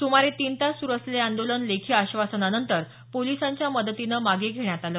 सुमारे तीन तास सुरू असलेलं हे आंदोलन लेखी आश्वासनानंतर पोलिसांच्या मदतीनं मागे घेण्यात आलं